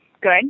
Good